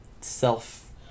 self